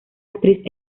actriz